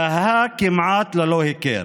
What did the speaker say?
דהה כמעט ללא הכר.